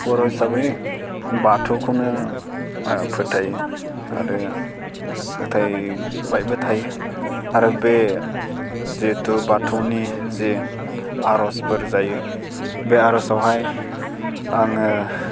बर' हिसाबै बाथौखौनो फोथायो आरो फोथायबायबो थायो आरो बे जिहेथु बाथौनि जे आर'जफोर जायो बे आर'जावहाय आङो